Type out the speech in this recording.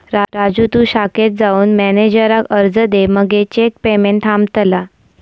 राजू तु शाखेत जाऊन मॅनेजराक अर्ज दे मगे चेक पेमेंट थांबतला